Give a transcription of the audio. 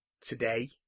today